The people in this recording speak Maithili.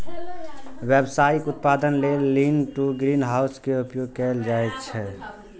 व्यावसायिक उत्पादन लेल लीन टु ग्रीनहाउस के उपयोग कैल जाइ छै